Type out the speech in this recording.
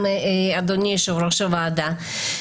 אדוני יושב-ראש הוועדה.